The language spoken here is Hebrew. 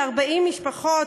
ב-40 משפחות?